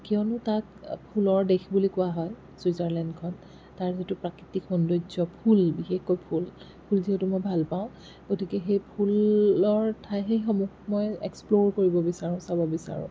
কিয়নো তাক ফুলৰ দেশ বুলি কোৱা হয় চুইজাৰলেণ্ডখন তাৰ যিটো প্ৰাকৃতিক সৌন্দৰ্য ফুল বিশেষকৈ ফুল ফুল যিহেতু মই ভাল পাওঁ গতিকে সেই ফুললৰ ঠাই সেইসমূহ মই এক্সপ্ল'ৰ কৰিব বিচাৰোঁ চাব বিচাৰোঁ